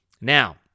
Now